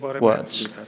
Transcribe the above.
words